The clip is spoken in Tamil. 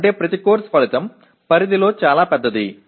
அதாவது ஒவ்வொரு பாடநெறி விளைவுகளும் மிகப் பெரிய அளவில் உள்ளன